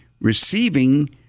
receiving